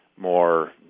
more